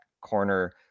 corner